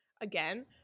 again